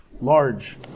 large